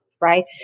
right